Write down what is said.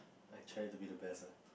I try to be the best lah